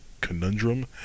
Conundrum